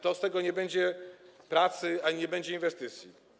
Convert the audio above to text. To z tego nie będzie pracy ani nie będzie inwestycji.